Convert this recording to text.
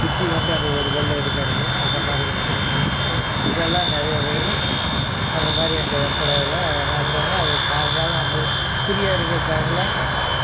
சுற்றி வந்து அந்த ஒரு கல் எடுக்கிறது அந்த மாதிரி ஒரு போட்டி இதெல்லாம் நிறையா பேர் அந்த மாதிரி எங்கள் வெப்படையில் நடத்துவாங்க அதை சாயங்காலம் நம்மளும் ப்ரீயாக இருக்கிற டைமில்